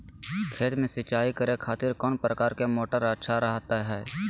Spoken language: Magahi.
खेत में सिंचाई करे खातिर कौन प्रकार के मोटर अच्छा रहता हय?